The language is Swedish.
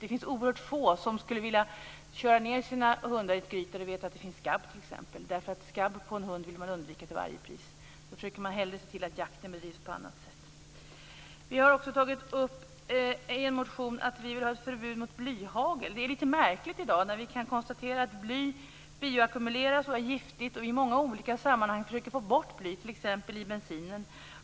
Det finns oerhört få som skulle vilja köra ned sina hundar där man vet att det finns t.ex. skabb. Man vill undvika skabb på en hund till varje pris. Då försöker man hellre se till att jakten bedrivs på annat sätt. I en motion har vi tagit upp att vi vill ha ett förbud mot blyhagel. Situationen i dag är litet märklig. Vi kan konstatera att bly biackumuleras och är giftigt, och i många olika sammanhang försöker vi få bort bly, t.ex. i bensin.